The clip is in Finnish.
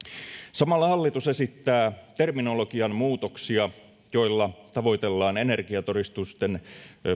samalla hallitus esittää terminologian muutoksia joilla tavoitellaan energiatodistusten